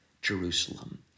Jerusalem